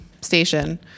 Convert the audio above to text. station